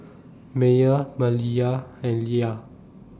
Meyer Maliyah and Ilah